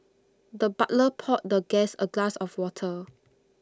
the butler poured the guest A glass of water